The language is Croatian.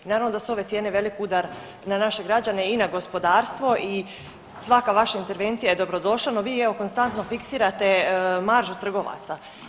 I naravno da su ove cijene veliki udar na naše građane i na gospodarstvo i svaka vaša intervencija je dobrodošla, no vi evo konstantno fiksirate maržu trgovaca.